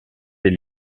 des